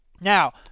Now